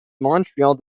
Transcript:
montreal